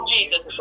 Jesus